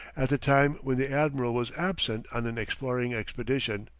at the time when the admiral was absent on an exploring expedition,